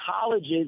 colleges